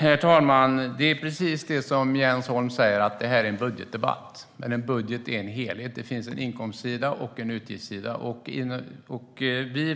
Herr talman! Det är precis som Jens Holm säger, att detta är en budgetdebatt. Men en budget är en helhet. Det finns en inkomstsida och en utgiftssida.